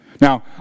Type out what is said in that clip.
Now